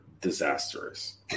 disastrous